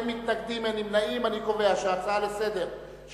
ההצעה להעביר את הנושא לוועדת הכלכלה נתקבלה.